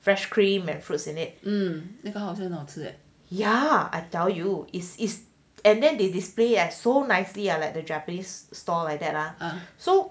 fresh cream and fruits in it yeah I tell you is is and then they display as so nicely or like the japanese store like that lah so